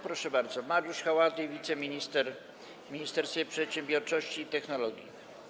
Proszę bardzo, Mariusz Haładyj, wiceminister w Ministerstwie Przedsiębiorczości i Technologii.